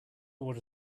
order